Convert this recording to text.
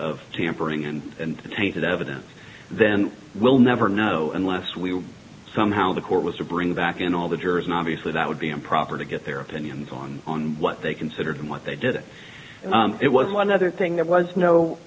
of tampering and tainted evidence then we'll never know unless we were somehow the court was to bring back in all the jurors an obviously that would be improper to get their opinions on on what they considered and what they did it was one other thing that was no